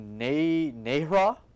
Nehra